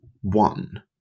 one